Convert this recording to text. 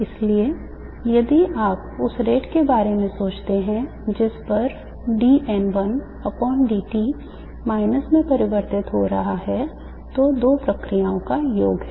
इसलिए यदि आप उस rate के बारे में सोचते हैं जिस पर d N1dt माइनस में परिवर्तित हो रहा है तो दो प्रक्रियाओं का योग है